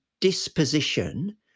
disposition